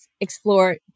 explore